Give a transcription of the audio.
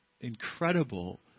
incredible